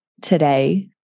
today